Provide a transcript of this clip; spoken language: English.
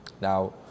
Now